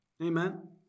Amen